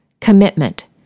commitment